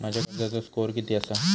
माझ्या कर्जाचो स्कोअर किती आसा?